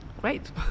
great